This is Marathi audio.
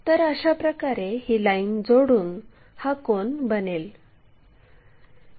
तर अशाप्रकारे ही लाईन जोडून हा कोन बनेल